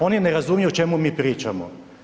Oni ne razumiju o čemu mi pričamo.